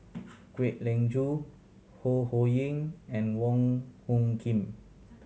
Kwek Leng Joo Ho Ho Ying and Wong Hung Khim